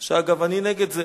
אגב, אני נגד זה.